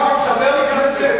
ג'ומס,